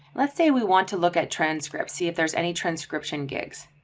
let's say we want to look at transcripts, see if there's any transcription gigs.